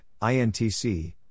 INTC